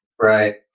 Right